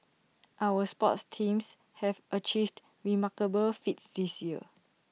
our sports teams have achieved remarkable feats this year